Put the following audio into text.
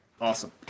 awesome